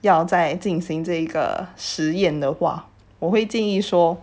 要在进行这个实验的话我会尽说